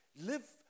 live